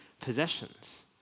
possessions